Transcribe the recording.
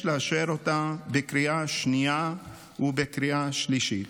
לאשר אותה בקריאה שנייה ובקריאה שלישית.